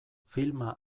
filma